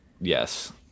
Yes